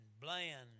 bland